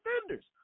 defenders